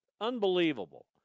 Unbelievable